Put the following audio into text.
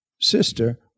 sister